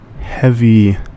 heavy